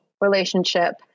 relationship